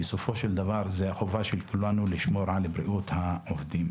בסופו של דבר החובה של כולנו לשמור על בריאות העובדים.